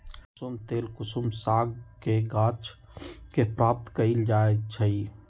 कुशुम तेल कुसुम सागके गाछ के प्राप्त कएल जाइ छइ